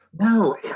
No